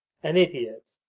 an idiot.